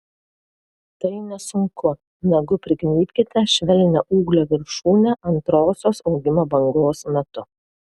tai nesunku nagu prignybkite švelnią ūglio viršūnę antrosios augimo bangos metu